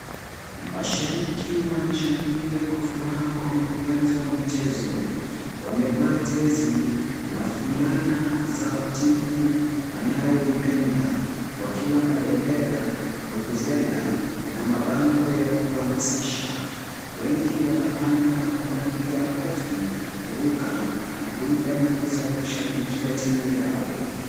Mashabiki wanashangilia kwa furaha kwenye uwanja wa michezo. Wamevaa jezi na fulana za timu wanayoipenda wakiwa na bendera, vuvuzela na mabango ya kuhamasisha. Wengi wanapiga makofi, kuruka na kuimba nyimbo za kushabikia timu yao.